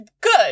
good